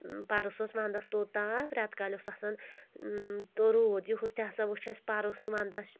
پرُس اوس وَندَس توٚت تاپھ رؠتہٕ کالہِ اوس آسان تہٕ روٗد یُہُس تہِ ہسا وُچھ اَسہِ پَرُس ونٛدس